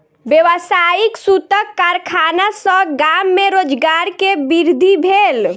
व्यावसायिक सूतक कारखाना सॅ गाम में रोजगार के वृद्धि भेल